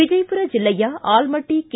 ವಿಜಯಪುರ ಜಿಲ್ಲೆಯ ಆಲಮಟ್ಟ ಕೆ